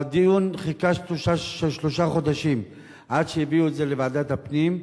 הדיון חיכה שלושה חודשים עד שהביאו את זה לוועדת הפנים.